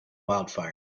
wildfire